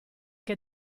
che